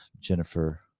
jennifer